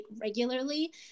regularly